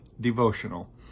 devotional